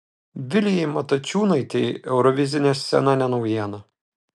vilijai matačiūnaitei eurovizinė scena ne naujiena